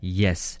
yes